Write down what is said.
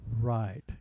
Right